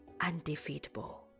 undefeatable